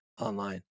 online